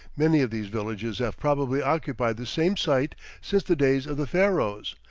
many of these villages have probably occupied the same site since the days of the pharaohs,